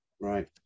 right